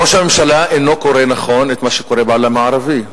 ראש הממשלה אינו קורא נכון את מה שקורה בעולם הערבי.